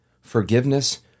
forgiveness